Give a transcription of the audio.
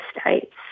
States